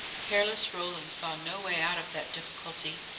careless roland saw no way out of that difficulty,